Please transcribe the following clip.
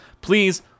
Please